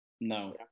no